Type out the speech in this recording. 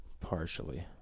Partially